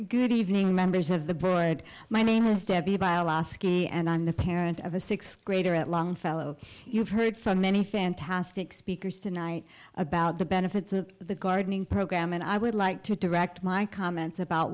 good evening members of the boy my name is debbie by a las k and i'm the parent of a sixth grader at longfellow you've heard from many fantastic speakers tonight about the benefits of the gardening program and i would like to direct my comments about